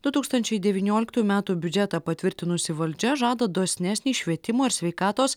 du tūkstančiai devynioliktųjų metų biudžetą patvirtinusi valdžia žada dosnesnį švietimo ir sveikatos